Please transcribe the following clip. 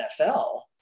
NFL